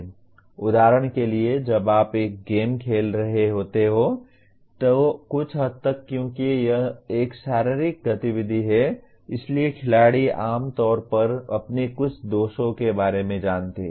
उदाहरण के लिए जब आप एक गेम खेल रहे होते हैं तो कुछ हद तक क्योंकि यह एक शारीरिक गतिविधि है इसलिए खिलाड़ी आमतौर पर अपने कुछ दोषों के बारे में जानते हैं